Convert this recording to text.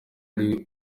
ariwe